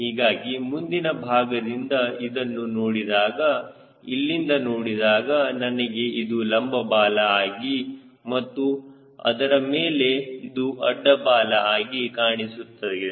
ಹೀಗಾಗಿ ಮುಂದಿನ ಭಾಗದಿಂದ ಇದನ್ನು ನೋಡಿದಾಗ ಇಲ್ಲಿಂದ ನೋಡಿದಾಗ ನನಗೆ ಇದು ಲಂಬ ಬಾಲ ಆಗಿ ಮತ್ತು ಅದರ ಮೇಲೆ ಇದು ಅಡ್ಡ ಬಾಲ ಆಗಿ ಕಾಣಿಸುತ್ತದೆ